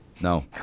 No